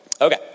Okay